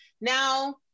now